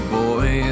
boy